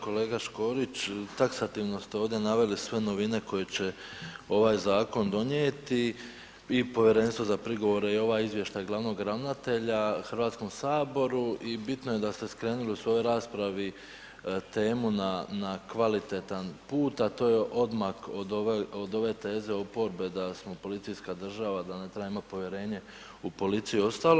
Kolega Škorić, taksativno ste ovdje naveli sve novine, koje će ovaj zakon donijeti i povjerenstvo za prigovore i ovaj izvještaj glavnog ravnatelja Hrvatskom saboru i bitno je da ste skrenuli u svojoj raspravi, temu na kvalitetan put, a to je odmak od ove teze oporbe, da smo policijska država, da ne treba imati povjerenje u policiju i ostalo.